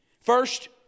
First